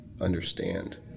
understand